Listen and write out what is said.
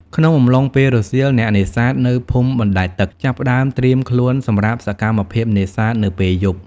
ក្នុងអំឡុងពេលរសៀល អ្នកនេសាទនៅភូមិបណ្ដែតទឹកចាប់ផ្ដើមត្រៀមខ្លួនសម្រាប់សកម្មភាពនេសាទនៅពេលយប់។